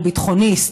שהוא ביטחוניסט,